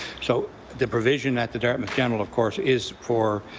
so the provision at the dart mouth general, of course, is for